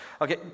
Okay